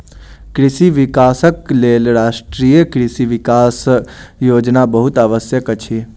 कृषि विकासक लेल राष्ट्रीय कृषि विकास योजना बहुत आवश्यक अछि